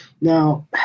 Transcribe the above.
Now